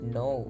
no